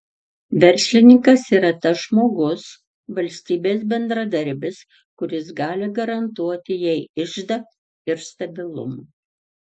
verslininkas yra tas žmogus valstybės bendradarbis kuris gali garantuoti jai iždą ir stabilumą